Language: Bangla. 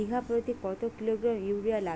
বিঘাপ্রতি কত কিলোগ্রাম ইউরিয়া লাগবে?